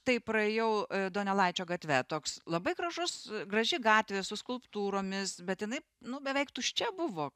tai praėjau donelaičio gatve toks labai gražus graži gatvė su skulptūromis bet jinai nu beveik tuščia buvo